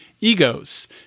egos